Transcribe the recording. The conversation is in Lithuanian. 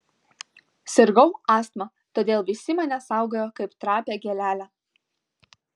sirgau astma todėl visi mane saugojo kaip trapią gėlelę